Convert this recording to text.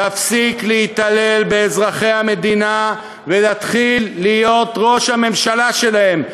תפסיק להתעלל באזרחי המדינה ותתחיל להיות ראש הממשלה שלהם,